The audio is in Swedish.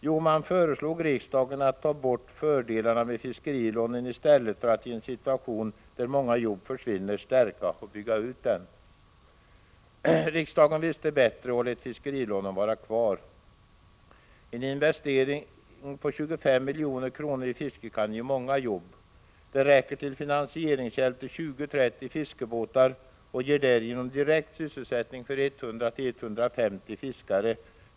Jo, man föreslog riksdagen att ta bort fördelarna med fiskerilånen i stället för att i en situation där många jobb försvinner stärka och bygga ut dem. Riksdagen visste bättre och lät fiskerilånen vara kvar. En investering på 25 milj.kr. i fisket kan ge många jobb. Den räcker till finansieringshjälp till 20-30 fiskebåtar och ger därigenom direkt sysselsättning för 100-150 fiskare.